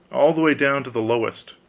all the way down to the lowest.